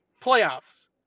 playoffs